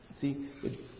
See